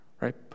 right